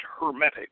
hermetic